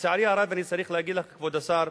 לצערי הרב אני צריך להגיד לך, כבוד השר,